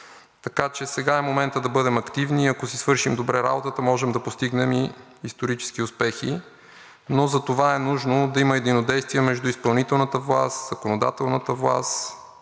Така че сега е моментът да бъдем активни и ако си свършим добре работата, можем да постигнем исторически успехи, но за това е нужно да има единодействие между изпълнителната власт, законодателната власт.